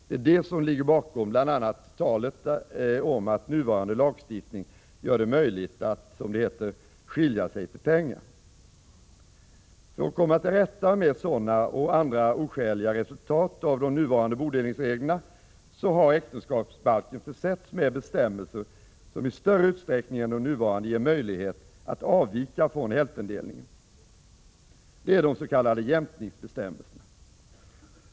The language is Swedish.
Det är detta som ligger bakom bl.a. talet om att nuvarande lagstiftning gör det möjligt att ”skilja sig till pengar”. För att komma till rätta med sådana och andra oskäliga resultat av de nuvarande bodelningsreglerna har äktenskapsbalken försetts med bestämmelser som i större utsträckning än de nuvarande ger möjlighet att avvika från hälftendelningen. Det är de s.k. jämkningsbestämmelserna.